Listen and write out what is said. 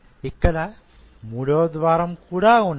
ఇక్కడ మూడవ ద్వారం కూడా ఉన్నది